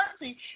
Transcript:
mercy